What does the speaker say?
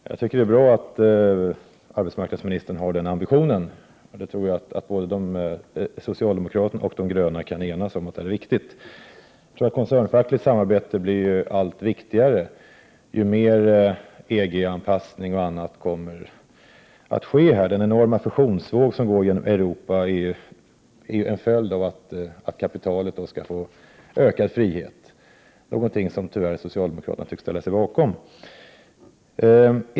Herr talman! Jag tycker det är bra att arbetsmarknadsministern har den ambitionen. Det tror jag att både socialdemokraterna och de gröna kan enas om är riktigt. Koncernfackligt samarbete blir ju allt viktigare ju mer EG-anpassning och annat kommer att ske här. Den enorma fusionsvåg som går genom Europa är en följd av att kapitalet då skall få ökad frihet. Någonting som tyvärr socialdemokraterna tycks ställa sig bakom.